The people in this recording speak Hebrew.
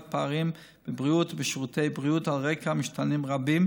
פערים בבריאות ובשירותי בריאות על רקע משתנים רבים,